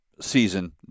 season